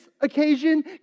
occasion